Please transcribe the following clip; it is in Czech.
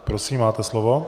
Prosím, máte slovo.